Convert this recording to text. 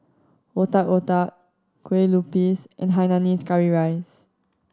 Otak Otak kue lupis and hainanese curry rice